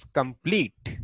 complete